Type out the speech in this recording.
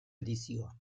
edizioa